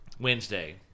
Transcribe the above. Wednesday